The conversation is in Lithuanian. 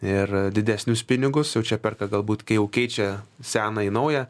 ir didesnius pinigus jau čia perka galbūt kai jau keičia seną į naują